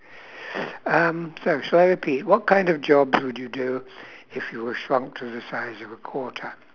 um so shall I repeat what kind of jobs would you do if you were shrunk to the size of a quarter